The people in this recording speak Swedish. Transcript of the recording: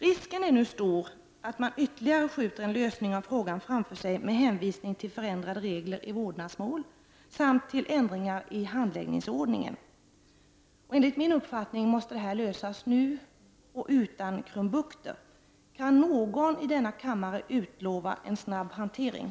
Risken är nu stor att man ytterligare skjuter en lösning av frågan framför sig med hänvisning till förändrade regler i vårdnadsmål samt till ändringar i handläggningsordningen. Enligt min uppfattning måste det här lösas nu, utan krumbukter. Kan någon här i kammaren utlova en snabb hantering?